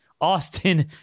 Austin